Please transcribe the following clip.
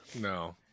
No